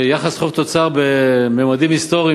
של יחס חוב תוצר בממדים היסטוריים,